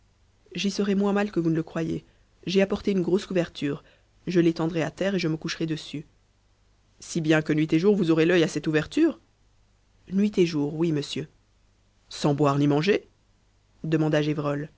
j'y serai moins mal que vous ne le croyez j'ai apporté une grosse couverture je l'étendrai à terre et je me coucherai dessus si bien que nuit et jour vous aurez l'œil à cette ouverture nuit et jour oui monsieur sans boire ni manger demanda gévrol